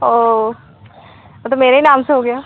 ओह वो तो मेरे ही नाम से हो गया